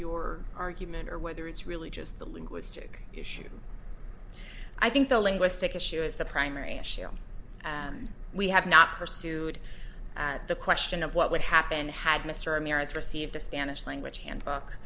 your argument or whether it's really just a linguistic issue i think the linguistic issue is the primary issue we have not pursued the question of what would happen had mr ramirez received a spanish language handbook